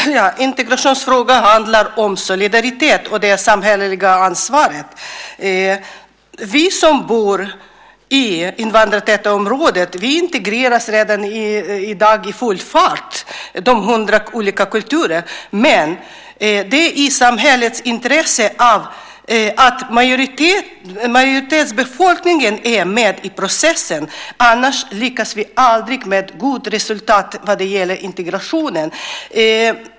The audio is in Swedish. Herr talman! Integrationsfrågan handlar om solidaritet och det samhälleliga ansvaret. Vi som bor i invandrartäta områden med 100 olika kulturer integreras redan i dag i full fart. Men det ligger i samhällets intresse att majoritetsbefolkningen är med i processen, annars lyckas vi aldrig att nå gott resultat när det gäller integrationen.